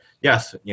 yes